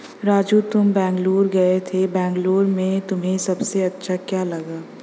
राजू तुम बेंगलुरु गए थे बेंगलुरु में तुम्हें सबसे अच्छा क्या लगा?